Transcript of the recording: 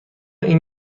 این